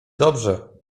dobrze